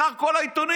מחר כל העיתונים,